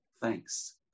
thanks